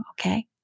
okay